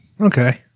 Okay